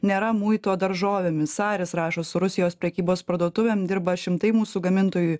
nėra muito daržovėmis aris rašo su rusijos prekybos parduotuvėm dirba šimtai mūsų gamintojų